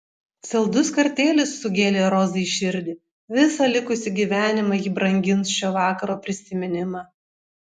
saldus kartėlis sugėlė rozai širdį visą likusį gyvenimą ji brangins šio vakaro prisiminimą